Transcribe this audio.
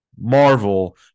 Marvel